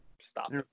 stop